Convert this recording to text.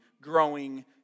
growing